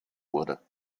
wurde